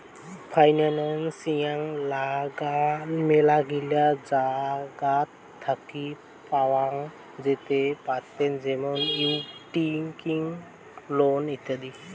financing মেলাগিলা জায়গাত থাকি পাওয়াঙ যেতে পারেত যেমন ইকুইটি, লোন ইত্যাদি